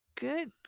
good